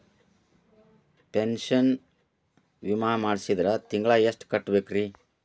Pension ವಿಮಾ ಮಾಡ್ಸಿದ್ರ ತಿಂಗಳ ಎಷ್ಟು ಕಟ್ಬೇಕ್ರಿ?